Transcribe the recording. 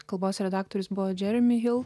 kalbos redaktorius buvo džeremi hil